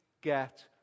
get